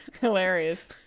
Hilarious